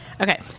Okay